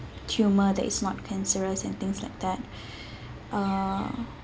tumour that is not cancerous and things like that uh